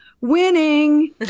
winning